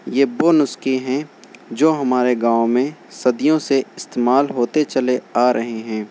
یہ وہ نسخے ہیں جو ہمارے گاؤں میں صدیوں سے استعمال ہوتے چلے آ رہے ہیں